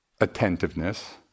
attentiveness